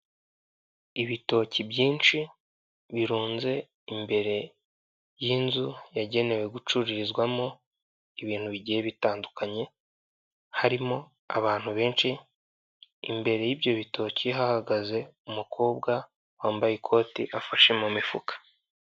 Ibitoki byinshi birunze, imbere y'inzu yagenewe gucururizwamo ibintu bigiye bitandukanye, harimo abantu benshi, imbere y'ibyo bitoki hahagaze umukobwa wambaye ikoti afashe mu mifuka.